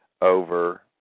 over